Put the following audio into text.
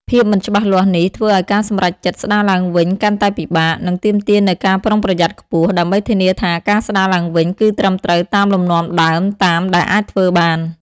ភាពមិនច្បាស់លាស់នេះ ធ្វើឱ្យការសម្រេចចិត្តស្ដារឡើងវិញកាន់តែពិបាក និងទាមទារនូវការប្រុងប្រយ័ត្នខ្ពស់ ដើម្បីធានាថាការស្ដារឡើងវិញគឺត្រឹមត្រូវតាមលំនាំដើមតាមដែលអាចធ្វើបាន។